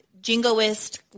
jingoist